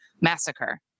massacre